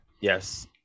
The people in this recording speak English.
yes